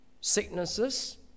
sicknesses